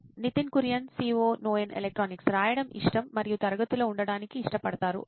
Nitin Kurian COO నోయిన్ electronics రాయడం ఇష్టం మరియు తరగతిలో ఉండటానికి ఇష్టపడతారు అవును